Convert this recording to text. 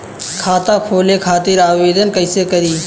खाता खोले खातिर आवेदन कइसे करी?